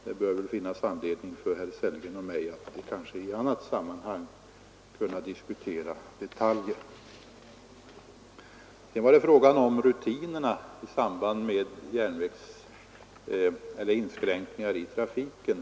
Det bör i annat sammanhang kunna finnas anledning för herr Sellgren och mig att diskutera detaljerna. Sedan var det fråga om rutinerna i samband med inskränkningar i trafiken.